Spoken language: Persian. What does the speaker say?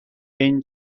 این